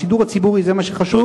השידור הציבורי זה מה שחשוב,